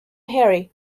harry